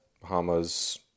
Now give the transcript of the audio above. Bahamas